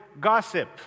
gossip